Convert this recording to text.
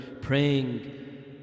praying